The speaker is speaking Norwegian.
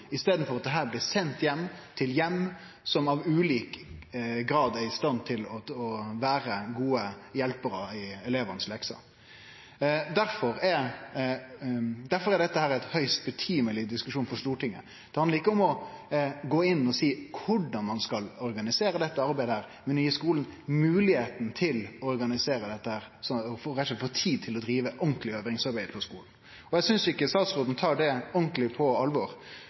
i staden for at dette blir sendt heim til heimar som i ulik grad er i stand til å vere gode hjelparar med leksene til elevane. Difor er dette ein høgst relevant diskusjon for Stortinget. Det handlar ikkje om å seie korleis ein skal organisere dette arbeidet, men om å gje skulen moglegheit til å organisere det, slik at dei rett og slett får tid til å drive ordentleg øvingsarbeid på skulen. Eg synest ikkje statsråden tek det ordentleg på alvor